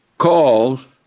Calls